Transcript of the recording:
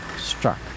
struck